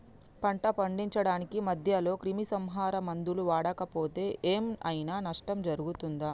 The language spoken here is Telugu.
పంట పండించడానికి మధ్యలో క్రిమిసంహరక మందులు వాడకపోతే ఏం ఐనా నష్టం జరుగుతదా?